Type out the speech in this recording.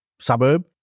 suburb